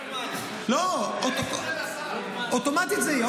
--- לא, אוטומטית זה יהיה.